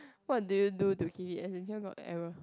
what do you do to keep fit as in this one got error